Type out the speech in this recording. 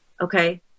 Okay